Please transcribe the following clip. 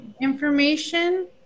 information